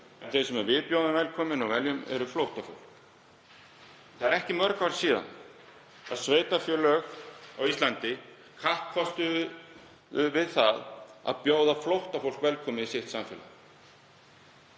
en þau sem við bjóðum velkomin og veljum eru flóttafólk. Það eru ekki mörg ár síðan sveitarfélög á Íslandi kappkostuðu að bjóða flóttafólk velkomið í sitt samfélag.